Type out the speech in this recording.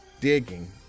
digging